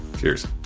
Cheers